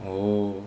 oh